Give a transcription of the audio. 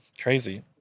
Crazy